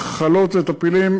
מחלות וטפילים,